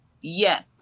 Yes